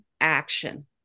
action